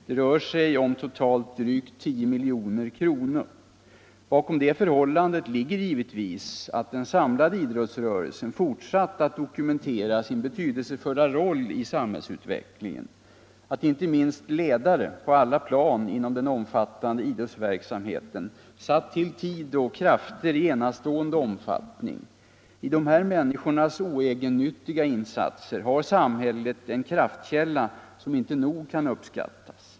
Det rör sig om totalt drygt 10 milj.kr. Bakom detta förhållande ligger givetvis att den samlade idrottsrörelsen fortsatt att dokumentera sin betydelsefulla roll i samhällsutvecklingen och att inte minst ledare på alla plan inom den omfattande idrottsverksamheten satt till tid och krafter i enastående omfattning. I dessa människors oegennyttiga insatser har samhället en kraftkälla som inte nog kan uppskattas.